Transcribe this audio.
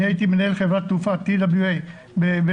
אני הייתי מנהל חברת תעופה TWA בנתב"ג,